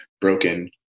broken